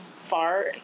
far